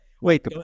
Wait